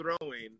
throwing –